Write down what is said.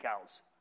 cows